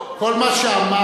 כל מה שאמר,